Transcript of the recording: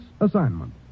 assignment